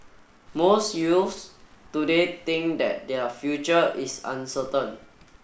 most youths today think that their future is uncertain